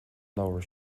labhair